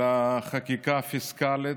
על החקיקה הפיסקלית.